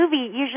Usually